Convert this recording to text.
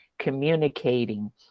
Communicating